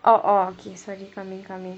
orh orh okay sorry coming coming